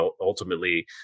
ultimately